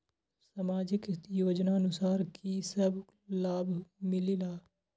समाजिक योजनानुसार कि कि सब लाब मिलीला?